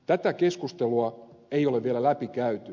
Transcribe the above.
tätä keskustelua ei ole vielä läpikäyty